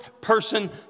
person